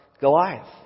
Goliath